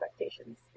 expectations